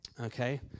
okay